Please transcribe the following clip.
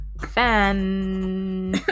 fan